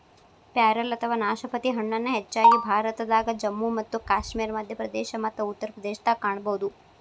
ಪ್ಯಾರಲ ಅಥವಾ ನಾಶಪತಿ ಹಣ್ಣನ್ನ ಹೆಚ್ಚಾಗಿ ಭಾರತದಾಗ, ಜಮ್ಮು ಮತ್ತು ಕಾಶ್ಮೇರ, ಮಧ್ಯಪ್ರದೇಶ ಮತ್ತ ಉತ್ತರ ಪ್ರದೇಶದಾಗ ಕಾಣಬಹುದು